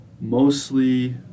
mostly